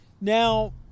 Now